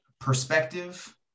perspective